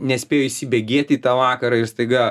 nespėjo įsibėgėti į tą vakarą ir staiga